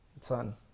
son